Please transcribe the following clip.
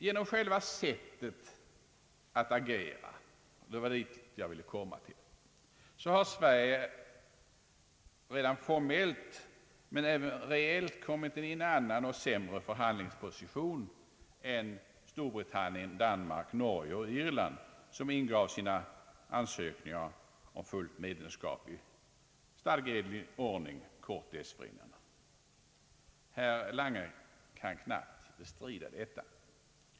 Genom själva sättet att agera — det var dit jag ville komma — har Sverige redan formellt men även reellt kommit i en annan och sämre förhandlingsposition än Storbritannien, Danmark, Norge och Irland, som ingav sina ansökningar om fullt medlemskap i stadgeenlig ordning kort dessförinnan. Herr Lange kan knappast bestrida detta.